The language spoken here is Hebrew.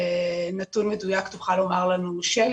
נתון מדויק תוכל לומר לנו שלי,